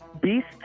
beast